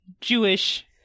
Jewish